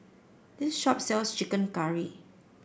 this shop sells chicken curry